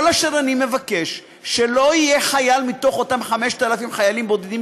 כל אשר אני מבקש זה שלא יהיה חייל מתוך אותם 5,000 חיילים בודדים,